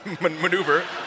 maneuver